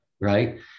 right